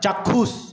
চাক্ষুষ